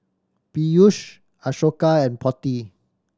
Peyush Ashoka and Potti